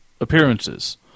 appearances